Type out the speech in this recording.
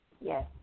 Yes